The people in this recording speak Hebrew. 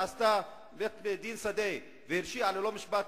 שעשתה בית-דין שדה והרשיעה ללא משפט,